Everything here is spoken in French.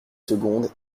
secondes